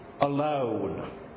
alone